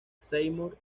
seymour